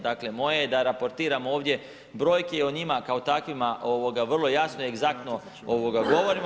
Dakle, moje je da raportiram ovdje brojke i o njima kao takvima vrlo jasno i egzaktno govorimo.